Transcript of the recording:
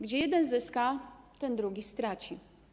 Gdzie jeden zyska, tam drugi straci.